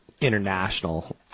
international